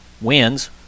Wins